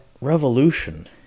revolution